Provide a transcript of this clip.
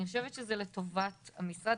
אני חושבת שזה לטובת המשרד,